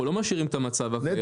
אנחנו לא משאירים את המצב הקיים.